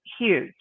huge